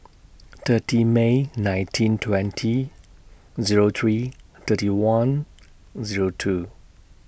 thirty May nineteen twenty Zero three thirty one Zero two